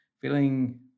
feeling